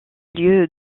lieu